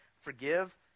forgive